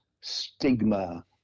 stigma